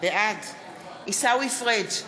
בעד עיסאווי פריג'